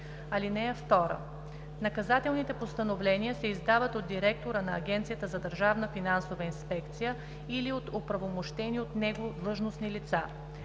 (2) Наказателните постановления се издават от директора на Агенцията за държавна финансова инспекция или от оправомощени от него длъжностни лица.